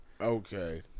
Okay